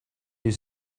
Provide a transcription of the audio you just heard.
you